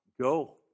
Go